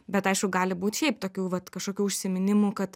bet aišku gali būt šiaip tokių vat kažkokių užsiminimų kad